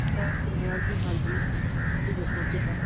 ਮੈਂ ਫ੍ਰੀ ਹਾਂ ਜੀ ਹਾਂਜੀ ਤੁਸੀਂ ਦੱਸੋ ਕਿੱਦਾਂ